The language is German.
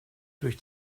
durch